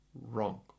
Wrong